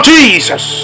Jesus